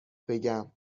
بگم